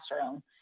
classroom